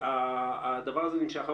ושהדבר הזה נמשך.